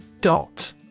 Dot